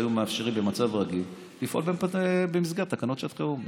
היו מאפשרים במצב רגיל לפעול במסגרת תקנות שעת חירום.